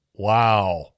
Wow